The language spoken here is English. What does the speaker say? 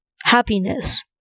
happiness